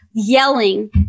yelling